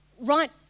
Right